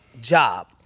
job